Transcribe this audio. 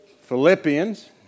Philippians